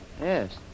Yes